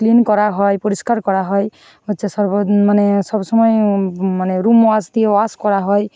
clean করা হয় পরিষ্কার করা হয় হচ্ছে সর্ব মানে সব সময় মানে রুম ওয়াশ দিয়ে ওয়াশ করা হয়